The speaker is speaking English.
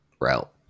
route